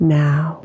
now